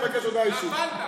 נפלת.